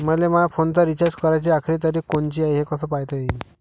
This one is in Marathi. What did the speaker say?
मले माया फोनचा रिचार्ज कराची आखरी तारीख कोनची हाय, हे कस पायता येईन?